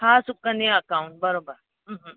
हा सुकन्या अकाउंट बराबरि